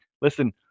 Listen